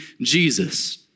Jesus